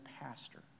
pastor